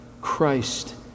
Christ